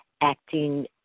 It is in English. acting